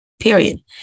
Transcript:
period